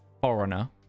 Foreigner